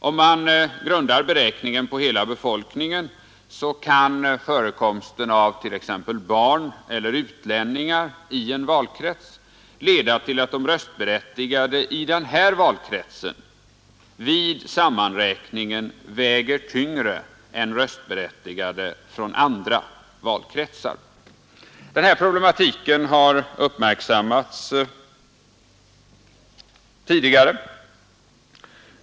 Om man grundar beräkningen på hela befolkningen, kan förekomsten av t.ex. barn eller utlänningar i en valkrets leda till att de röstberättigade i denna valkrets vid sammanräkningen väger tyngre än röstberättigade från andra valkretsar. Den här problematiken har uppmärksammats tidigare.